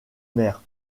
maire